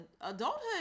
adulthood